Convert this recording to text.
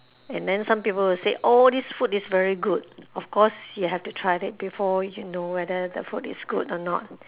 and then some people will say oh this food is very good of course you have to try it before you know whether the food is good or not